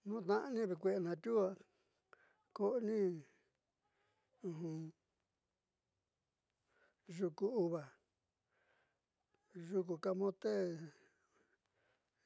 Tñu'u tna'ani kue'e ndatiuu ko'oni yuku uva yuku camote